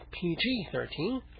PG-13